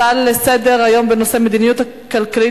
הצעה לסדר-היום בנושא: המדיניות הכלכלית